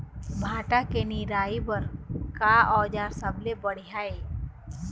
भांटा के निराई बर का औजार सबले बढ़िया ये?